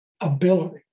ability